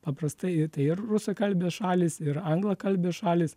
paprastai ir rusakalbės šalys ir anglakalbės šalys